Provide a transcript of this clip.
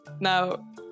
Now